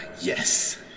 yes